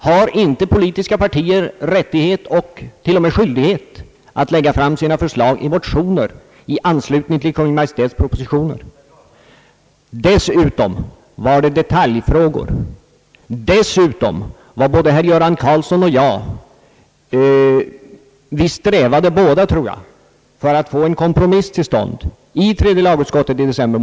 Har inte politiska partier rättighet och t.o.m. skyldighet att lägga fram sina förslag i motioner i anslutning till Kungl. Maj:ts propositioner? Men allt detta i våra motioner var ju detaljfrågor. Ang. hyreslagstiftningen Dessutom strävade både herr Göran Karlsson och jag att få till stånd en kompromiss i tredje lagutskottet i december.